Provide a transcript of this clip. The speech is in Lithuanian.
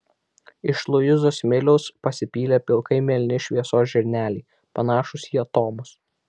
iš luizos smiliaus pasipylę pilkai mėlyni šviesos žirneliai panašūs į atomus